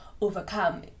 overcome